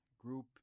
group